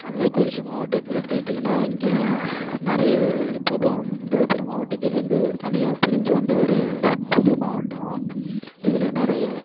கள்ளக்குறிச்சி மாவட்டத்தை எடுத்துக்கிட்டீங்கனா இங்கே நிறைய இப்போதான் விழுப்புரம் மாவட்டத்தில் வந்து தனியாக பிரிஞ்சு வந்த ஒரு புது மாவட்டம் இதில் நிறையா